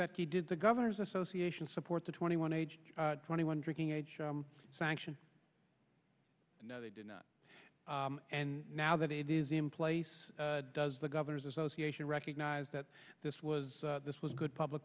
beck you did the governors association support the twenty one age twenty one drinking age sanction no they did not and now that it is in place does the governor's association recognize that this was this was good public